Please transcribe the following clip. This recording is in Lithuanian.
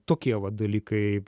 tokie va dalykai